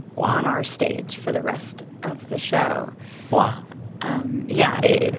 wow. on our stage for the rest of the show wow um yeah.